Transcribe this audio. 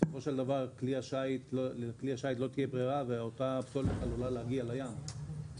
לכלי השיט לא תהיה ברירה והפסולת עלולה להגיע לים.